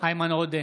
איימן עודה,